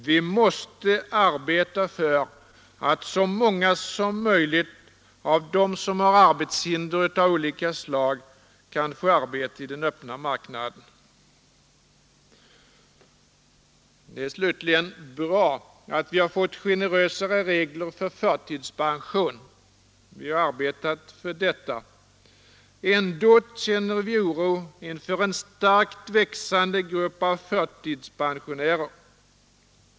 Vi måste arbeta för att så många som möjligt av dem som har arbetshinder av olika slag kan få arbete i den öppna marknaden. Det är slutligen bra att vi har fått generösare regler för förtidspension. Vi har arbetat för detta. Ändå känner vi oro inför en starkt växande grupp av förtidspensionärer.